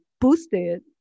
boosted